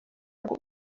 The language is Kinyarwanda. ngo